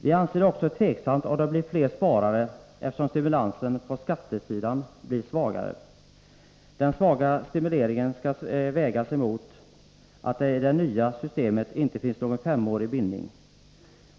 Vi tvivlar på att allemanssparandet ger fler sparare, eftersom stimulansen på skattesidan blir svagare. Denna svaga stimulans skall vägas mot det förhållandet att det i det nya systemet inte finns en femårig bindning.